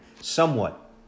somewhat